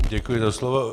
Děkuji za slovo.